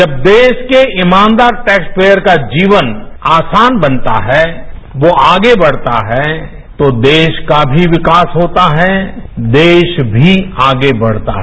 जब देश के ईमानदार टैक्स पेयर का जीवन आसान बनता है वो आगे बढ़ता है तो देश का भी विकास होता है देश भी आगे बढ़ता है